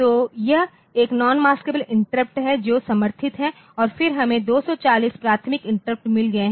तो यह एक नॉन मस्क़ब्ले इंटरप्ट है जो समर्थित है और फिर हमें 240 प्राथमिकता इंटरप्ट मिल गए हैं